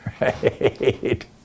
Right